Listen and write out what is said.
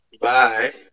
Bye